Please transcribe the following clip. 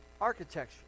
architecture